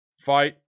fight